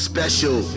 Special